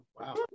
Wow